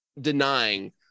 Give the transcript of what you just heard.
denying